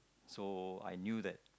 so I knew tha